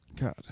God